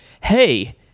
hey